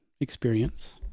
experience